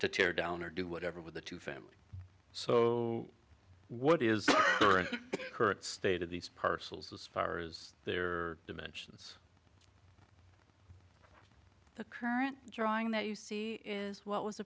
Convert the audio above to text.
to tear down or do whatever with the two family so what is the current state of these parcels as far as their dimensions the current drawing that you see is what was